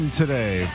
today